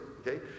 okay